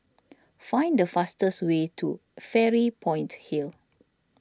find the fastest way to Fairy Point Hill